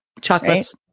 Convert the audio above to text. Chocolates